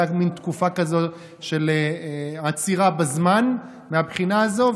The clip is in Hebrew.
הייתה מין תקופה כזאת של עצירה בזמן מהבחינה הזו.